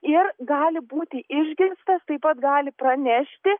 ir gali būti išgirstas taip pat gali pranešti